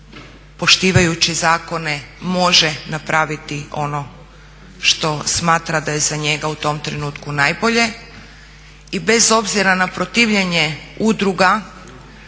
poštivajući zakone može napraviti ono što smatra da je za njega u tom trenutku najbolje i bez obzira na protivljenje udruga